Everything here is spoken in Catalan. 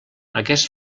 aquest